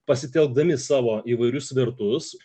pasitelkdami savo įvairius svertus